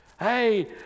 Hey